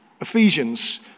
Ephesians